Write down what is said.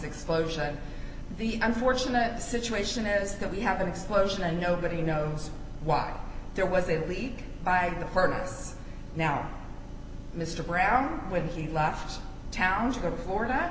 explosion the unfortunate situation is that we have an explosion and nobody knows why there was a leak by the furnace now mr brown when he left town to go to florida